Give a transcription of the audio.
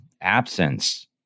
absence